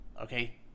okay